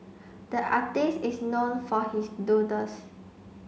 the artist is known for his doodles